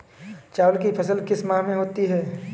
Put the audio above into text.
चावल की फसल किस माह में होती है?